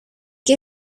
que